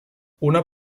una